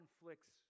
inflicts